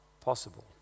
possible